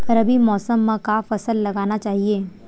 रबी मौसम म का फसल लगाना चहिए?